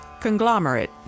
conglomerate